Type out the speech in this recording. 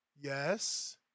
Yes